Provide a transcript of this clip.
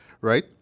right